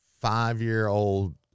five-year-old